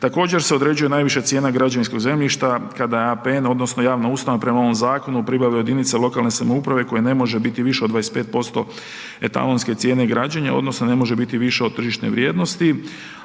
Također se određuje najviša cijena građevinskog zemljišta kada APN odnosno javna ustanova prema ovom zakonu pribave od jedinica lokalne samouprave koje ne može biti više od 25% etalonske cijene građenja, odnosno ne može biti više od tržišne vrijednosti.